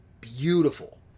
beautiful